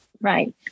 Right